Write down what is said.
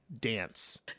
dance